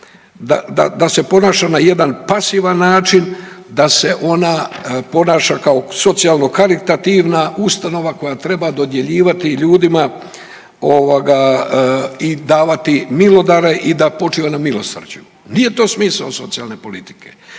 da se ponaša na jedan pasivan način, da se ona ponaša kao socijalno karitativna ustanova koja treba dodjeljivati ljudima ovoga i davati milodare i da počiva na milosrđu. Nije to smisao socijalne politike.